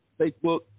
Facebook